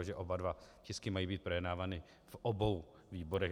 Že oba tisky mají být projednávány v obou výborech.